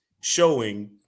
showing